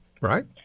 right